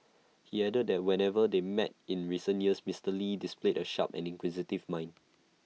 he added that whenever they met in recent years Mister lee displayed A sharp and inquisitive mind